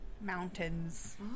mountains